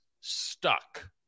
stuck